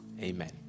Amen